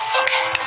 okay